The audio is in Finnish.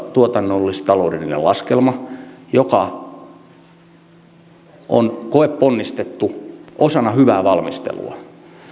tuotannollis taloudellinen laskelma ja se on koeponnistettu osana hyvää valmistelua